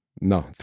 No